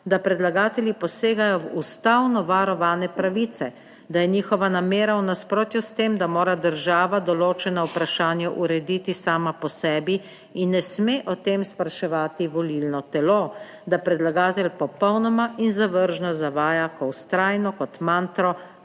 da predlagatelji posegajo v ustavno varovane pravice, da je njihova namera v nasprotju s tem, da mora država določena vprašanja urediti sama po sebi in ne sme o tem spraševati volilno telo, da predlagatelj popolnoma in zavržno zavaja, ko vztrajno, kot mantro